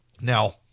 Now